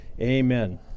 Amen